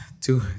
two